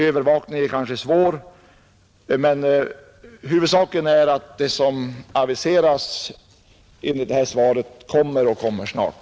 Övervakningen är kanske svår, men huvudsaken är att de åtgärder som nu aviserats i det svar som här lämnats vidtas, och vidtas snart!